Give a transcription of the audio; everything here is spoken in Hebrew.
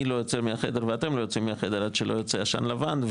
לא יוצא מהחדר ואתם לא יוצאים מהחדר עד שלא יוצא עשן לבן,